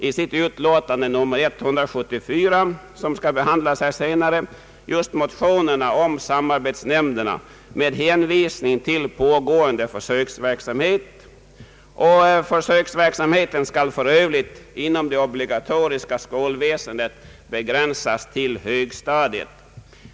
I sitt utlåtande nr 174, som skall behandlas här senare, avstyrker också statsutskottet just motionerna om samarbetsnämnder med hänvisning till pågående försöksverksamhet. Försöksverksamheten skall för övrigt inom det obligatoriska skolväsendet begränsas till högstadiet.